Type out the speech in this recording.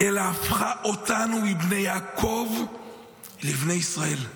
אלא הפכה אותנו מבני יעקב לבני ישראל.